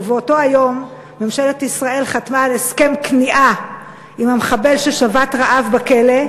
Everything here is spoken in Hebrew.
ובאותו היום ממשלת ישראל חתמה על הסכם כניעה עם המחבל ששבת רעב בכלא,